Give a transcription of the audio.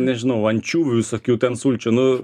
nežinau ančiuvių visokių ten sulčių nu